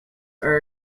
are